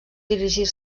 dirigir